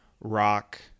rock